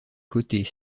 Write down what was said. côtés